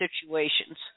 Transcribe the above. situations